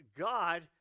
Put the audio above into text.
God